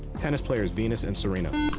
tennis players venus and serena.